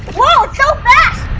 it's so fast!